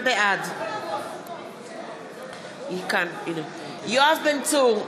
בעד יואב בן צור,